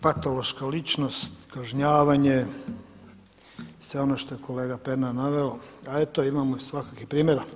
Patološka ličnost, kažnjavane i sve ono što je kolega Pernar naveo, a eto imamo i svakakvih primjera.